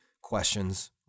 questions